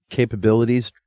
capabilities